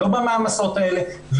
לא במעמסות האלה,